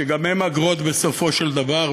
שגם הן אגרות בסופו של דבר,